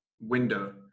window